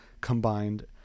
combined